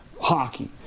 hockey